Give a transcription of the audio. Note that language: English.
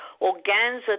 organza